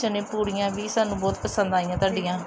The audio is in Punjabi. ਚਨੇ ਪੂੜੀਆਂ ਵੀ ਸਾਨੂੰ ਬਹੁਤ ਪਸੰਦ ਆਈਆਂ ਤੁਹਾਡੀਆਂ